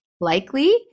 likely